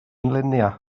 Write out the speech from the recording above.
luniau